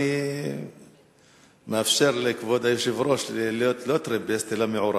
אני מאפשר לכבוד היושב-ראש להיות לא טרמפיסט אלא מעורב,